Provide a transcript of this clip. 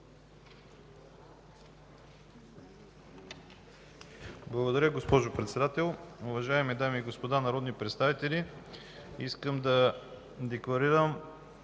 Благодаря, госпожо Председател. Уважаеми дами и господа народни представители, искам да декларирам